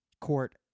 court